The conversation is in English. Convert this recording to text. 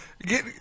get